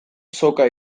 soka